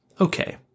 okay